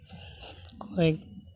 ᱠᱚᱭᱮᱠ